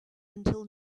until